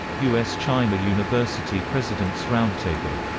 us-china university presidents roundtable